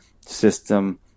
system